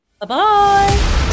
Bye-bye